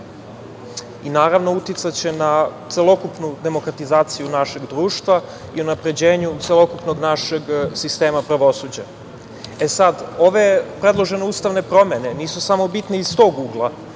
i naravno uticaće na celokupnu demokratizaciju našeg društva i unapređenju celokupnog našeg sistema pravosuđa. Ove predložene ustavne promene nisu samo bitne iz tog ugla.